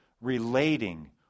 relating